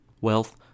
Wealth